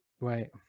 Right